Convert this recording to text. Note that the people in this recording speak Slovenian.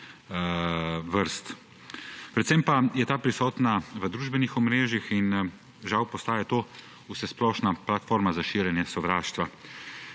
vrst. Predvsem pa je ta prisotna v družbenih omrežjih in žal postaja to vsesplošna platforma za širjenje sovraštva.